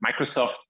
microsoft